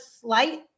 slight